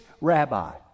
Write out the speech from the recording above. rabbi